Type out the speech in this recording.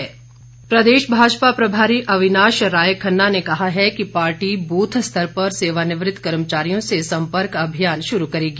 अविनाश राय प्रदेश भाजपा प्रभारी अविनाश राय खन्ना ने कहा है कि पार्टी बूथ स्तर पर सेवानिवृत्त कर्मचारियों से संपर्क अभियान शुरू करेगी